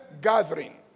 Gathering